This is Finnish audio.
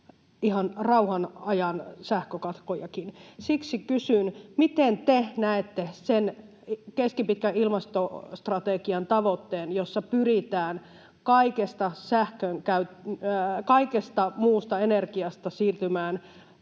ihan rauhanajan sähkökatkojakin. Siksi kysyn: miten te näette sen ilmastostrategian keskipitkän tavoitteen, jossa pyritään kaikesta muusta energiasta siirtymään